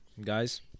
guys